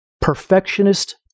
perfectionist